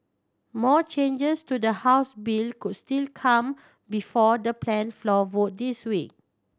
more changes to the House bill could still come before the planned floor vote this week